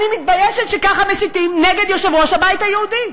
אני מתביישת שככה מסיתים נגד יושב-ראש הבית היהודי.